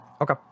Okay